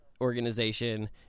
organization